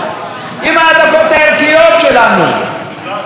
גם כאשר אלה הם פני הדברים,